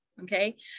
okay